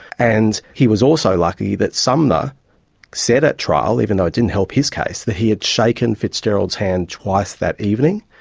and he was also lucky that sumner said at trial, even though it didn't help his case, that he had shaken fitzgerald's hands twice that evening.